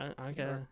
Okay